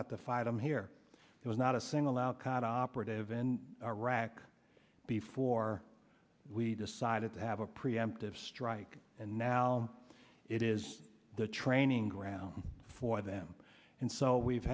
have to fight them here it was not a single out caught operative in iraq beef for we decided to have a preemptive strike and now it is the training ground for them and so we've